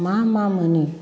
मा मा मोनो